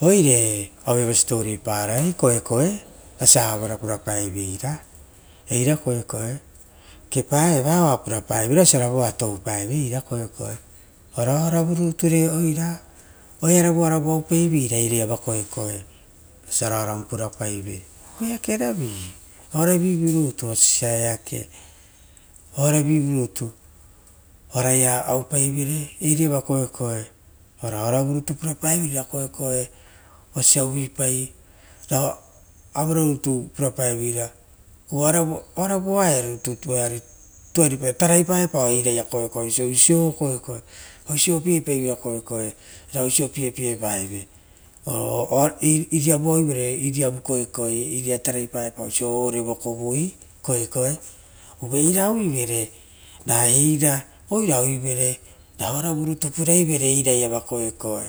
Oire aueiava siposipopapo era koekoe osia auero purapaeveira eira koekoe kepa eva oa puapaevera oisio ra voa toupaeve ora oaravu rutu re oira oearovu ouravu oupavera oira iava ira koekoe oisira oravu purapaive ora eake oraraviru rutu eraiava koekoe uva oara vurutu pura paeveira eira koekoe voeari tuaripairara. tarai aepao eraia koekoe oisio piepeivera koekoe a oisio piepaevee. Uva iriavu oiuvera iriavu koekoe uvare tarai paepao oisio ore vokovoi, koekoe ra eira oira ouvere ra ovau rutu puvai vere eira iava koekoe